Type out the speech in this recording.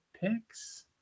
picks